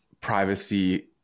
privacy